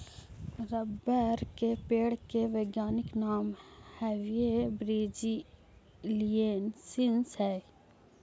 rubber के पेड़ के वैज्ञानिक नाम हैविया ब्रिजीलिएन्सिस हइ